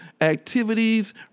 activities